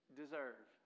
deserve